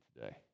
today